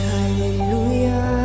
Hallelujah